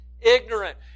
Ignorant